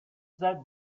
that